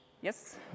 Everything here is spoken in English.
Yes